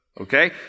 okay